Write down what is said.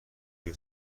روی